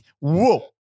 whoa